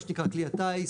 מה שנקרא כלי הטיס,